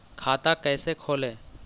खाता कैसे खोले?